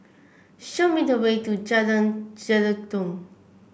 show me the way to Jalan Jelutong